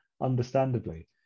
understandably